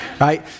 right